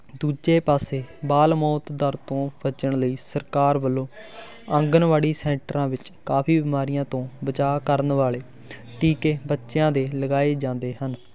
ਦੂਜੇ ਪਾਸੇ ਬਾਲ ਮੌਤ ਦਰ ਤੋਂ ਬਚਣ ਲਈ ਸਰਕਾਰ ਵੱਲੋਂ ਆਂਗਣਵਾੜੀ ਸੈਂਟਰਾਂ ਵਿੱਚ ਕਾਫੀ ਬਿਮਾਰੀਆਂ ਤੋਂ ਬਚਾਅ ਕਰਨ ਵਾਲੇ ਟੀਕੇ ਬੱਚਿਆਂ ਦੇ ਲਗਾਏ ਜਾਂਦੇ ਹਨ